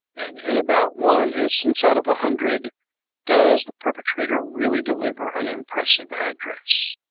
and in about one instance out of a hundred does the perpetrator really deliver an impressive address.